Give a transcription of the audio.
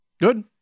Good